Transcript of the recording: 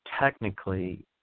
technically